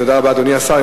תודה רבה, אדוני השר.